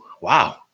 wow